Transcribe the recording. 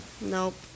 nope